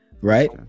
right